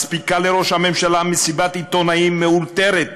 מספיקה לראש הממשלה מסיבת עיתונאים מאולתרת,